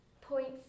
points